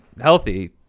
healthy